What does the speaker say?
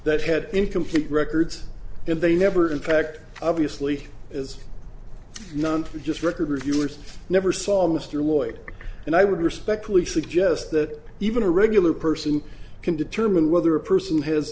that had incomplete records and they never in fact obviously as none for just record reviewers never saw mr lloyd and i would respectfully suggest that even a regular person can determine whether a person has